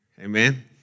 Amen